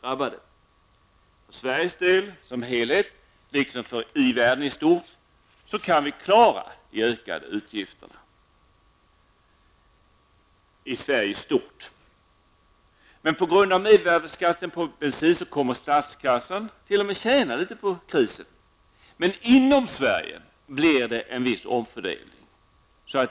För Sverige som helhet, liksom för i-världen i stort, kan de ökade utgifterna klaras. På grund av mervärdeskatten på bensin kommer statskassan t.o.m. att tjäna litet på krisen. Inom Sverige blir det dock en viss omfördelning.